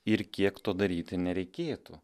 ir kiek to daryti nereikėtų